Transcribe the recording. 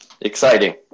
Exciting